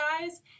guys